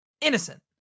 innocent